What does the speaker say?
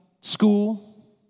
school